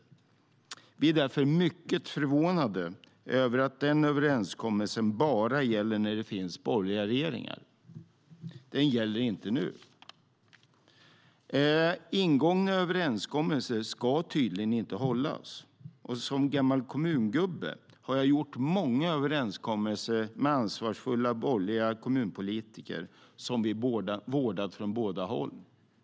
Vi är därför mycket förvånade över att denna överenskommelse bara gäller när det är borgerliga regeringar och inte nu. Ingångna överenskommelser ska tydligen inte hållas. Som gammal kommungubbe har jag gjort många överenskommelser med ansvarsfulla borgerliga kommunpolitiker som vi vårdat från båda håll.